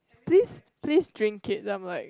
please please drink it then I'm like